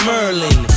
Merlin